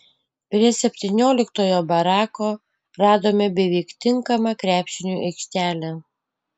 prie septynioliktojo barako radome beveik tinkamą krepšiniui aikštelę